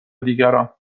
دیگران